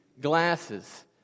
glasses